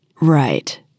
Right